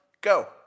go